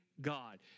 God